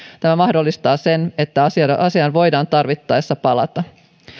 tämä mahdollistaa sen että asiaan voidaan tarvittaessa palata